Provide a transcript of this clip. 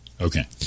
Okay